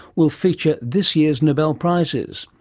will feature this year's nobel prizes.